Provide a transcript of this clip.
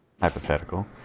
hypothetical